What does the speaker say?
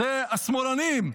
זה השמאלנים,